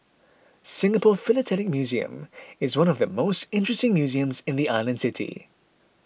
Singapore Philatelic Museum is one of the most interesting museums in the island city